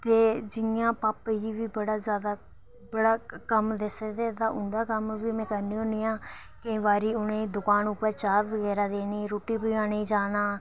ते जियां पापे गीबी बड़ा ज्यादा कम्म दसदे ते उंदा कम्म बी में करनी हुन्नी आं केईं बारी उनेंगी दुकान उप्पर चाऽ बगैरा देनी रूट्टी पजाने गी जाना